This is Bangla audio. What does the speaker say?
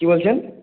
কি বলছেন